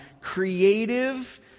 creative